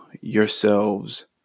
yourselves